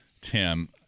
Tim